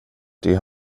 det